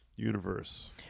universe